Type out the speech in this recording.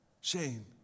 Shane